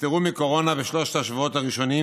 נפטרו מקורונה בשלושת השבועות הראשונים